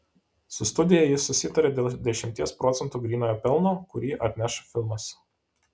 su studija jis susitarė dėl dešimties procentų grynojo pelno kurį atneš filmas